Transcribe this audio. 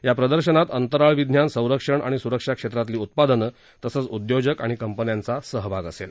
या प्रदर्शनात अंतराळ विज्ञान संरक्षण आणि सुरक्षा क्षेत्रातली उत्पादनं तसंच उद्योजक आणि कंपन्यांचा सहभाग असेल